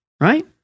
Right